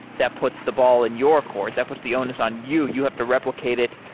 that puts the ball in your court. that puts the onus on you. you have to replicate it.